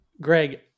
Greg